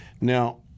Now